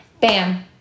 bam